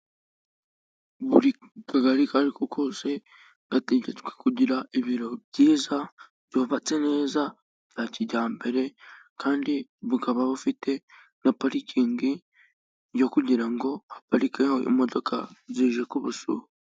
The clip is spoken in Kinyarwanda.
Buri kagari ako ari ko kose gategetswe kugira ibiro byiza, byubatse neza , bya kijyambere, kandi bikaba bifite na parikingi yo kugira ngo baparikeho imodoka zije kubasura.